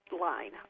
line